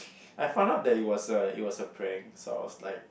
I found out that it was a it was a prank so I was like